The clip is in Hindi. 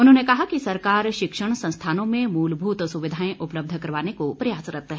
उन्होंने कहा कि सरकार शिक्षण संस्थानों मे मूलभूत सुविधाएं उपलब्ध करवाने को प्रयासरत है